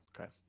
okay